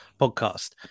podcast